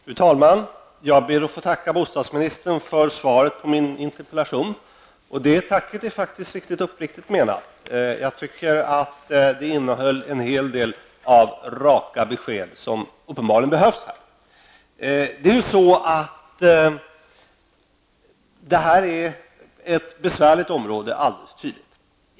Fru talman! Jag ber att få tacka bostadsminstern för svaret på min interpellation, och det tacket är faktiskt uppriktigt menat. Jag tycker att svaret innehöll en hel del av raka besked, som uppenbarligen behövs på det här området. Detta är alldeles tydligt ett besvärligt område.